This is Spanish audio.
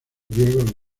griegos